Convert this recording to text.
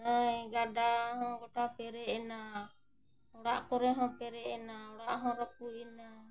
ᱱᱟᱹᱭ ᱜᱟᱰᱟ ᱦᱚᱸ ᱜᱚᱴᱟ ᱯᱮᱨᱮᱡ ᱮᱱᱟ ᱚᱲᱟᱜ ᱠᱚᱨᱮ ᱦᱚᱸ ᱯᱮᱨᱮᱡ ᱮᱱᱟ ᱚᱲᱟᱜ ᱦᱚᱸ ᱨᱟᱯᱩᱫᱮᱱᱟ